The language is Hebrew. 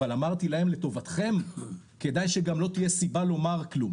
אבל אמרתי להם לטובתכם כדאי שגם לא תהיה סיבה לומר כלום,